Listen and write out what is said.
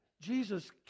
Jesus